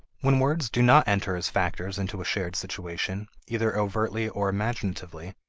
when words do not enter as factors into a shared situation, either overtly or imaginatively,